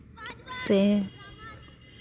ᱥᱮ